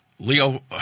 Leo